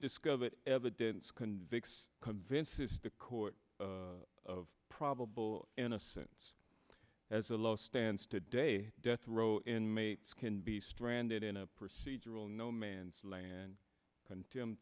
discovered evidence convicts convinces the court of probable innocence as the law stands today death row inmates can be stranded in a procedural no man's land and t